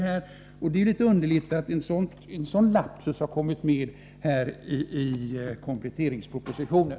Det är underligt att en sådan lapsus har kommit med i kompletteringspropositionen.